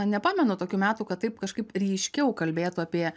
nepamenu tokių metų kad taip kažkaip ryškiau kalbėtų apie